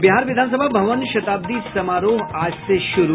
और बिहार विधानसभा भवन शताब्दी समारोह आज से शुरू